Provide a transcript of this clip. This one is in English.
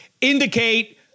indicate